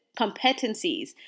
competencies